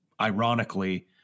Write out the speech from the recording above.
ironically